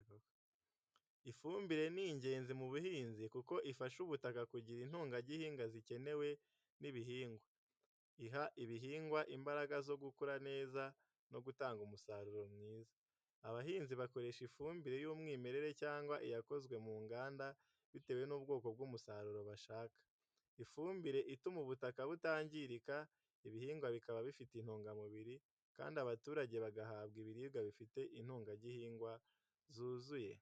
Ifumbire ni ngenzi mu buhinzi kuko ifasha ubutaka kugira intungagihingwa zikenewe n’ibihingwa. Iha ibihingwa imbaraga zo gukura neza no gutanga umusaruro mwiza. Abahinzi bakoresha ifumbire y’umwimerere cyangwa iyakozwe mu nganda, bitewe n’ubwoko bw’umusaruro bashaka. Ifumbire ituma ubutaka butangirika, ibihingwa bikaba bifite intungamubiri, kandi abaturage bagahabwa ibiribwa bifite intungagihingwa zuzuye.